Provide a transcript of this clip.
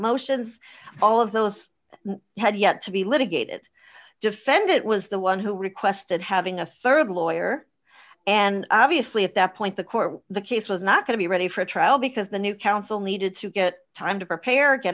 motions all of those had yet to be litigated defendant was the one who requested having a rd lawyer and obviously at that point the court the case was not going to be ready for a trial because the new counsel needed to get time to prepare